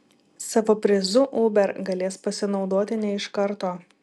savo prizu uber galės pasinaudoti ne iš karto